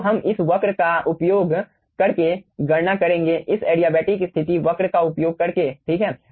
तो हम इस वक्र का उपयोग करके गणना करेंगे इस एडियाबेटिक स्थिति वक्र का उपयोग करके ठीक है